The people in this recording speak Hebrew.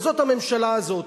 וזאת הממשלה הזאת.